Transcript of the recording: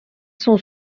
sont